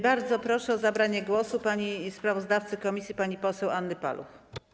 Bardzo proszę o zabranie głosu sprawozdawcę komisji panią poseł Annę Paluch.